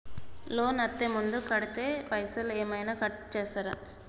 Loan అత్తే ముందే కడితే పైసలు ఏమైనా కట్ చేస్తరా?